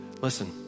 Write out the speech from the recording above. Listen